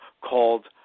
called